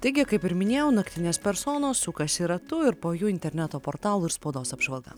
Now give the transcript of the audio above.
taigi kaip ir minėjau naktinės personos sukasi ratu ir po jų interneto portalų ir spaudos apžvalga